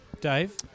Dave